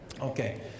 Okay